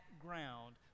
ground